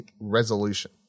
resolution